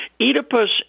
Oedipus